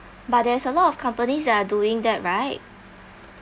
but there is a lot of companies that are doing that right